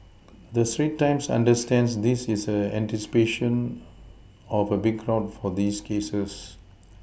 the Straits times understands this is in anticipation of a big crowd for these cases